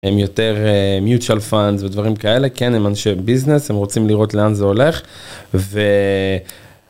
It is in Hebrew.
הם יותר mutual funds ודברים כאלה, כן הם אנשי ביזנס, הם רוצים לראות לאן זה הולך ו.